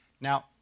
Now